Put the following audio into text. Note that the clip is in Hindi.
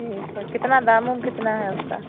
ठीक है कितना दाम उम कितना है उसका